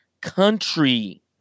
country